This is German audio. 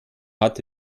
hat